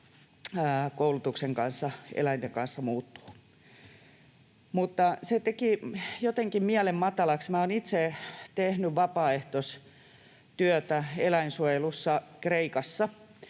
koulutuksen kanssa, eläinten kanssa muuttuvat. Mutta se teki jotenkin mielen matalaksi. Minä olen itse tehnyt vapaaehtoistyötä eläinsuojelussa Kreikassa,